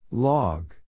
Log